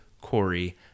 Corey